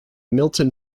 milton